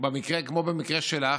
כמו במקרה שלך,